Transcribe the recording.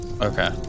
Okay